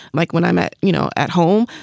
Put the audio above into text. like when i met, you know, at home,